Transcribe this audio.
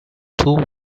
two